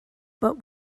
but